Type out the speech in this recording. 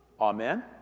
Amen